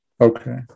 Okay